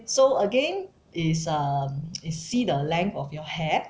so again is um is see the length of your hair